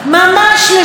באופן עקרוני.